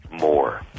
more